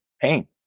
pain